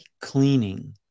cleaning